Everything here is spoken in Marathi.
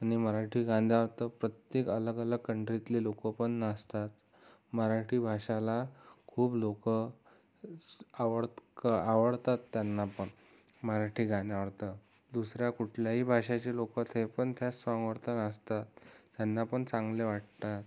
आणि मराठी गाण्यावर तर प्रत्येक अलग अलग कंट्रीतले लोकं पण नाचतात मराठी भाषाला खूप लोकं आवडत कं आवडतात त्यांना पण मराठी गाणी आवडतं दुसऱ्या कुठल्याही भाषेची लोकं ते पण त्या साँगवरती नाचतात त्यांना पण चांगले वाटतात